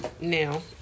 now